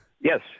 Yes